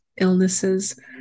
illnesses